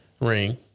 ring